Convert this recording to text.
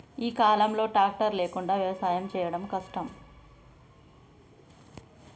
ఈ కాలం లో ట్రాక్టర్ లేకుండా వ్యవసాయం చేయడం కష్టం